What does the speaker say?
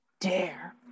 dare